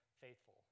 faithful